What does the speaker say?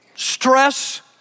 stress